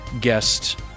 guest